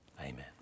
amen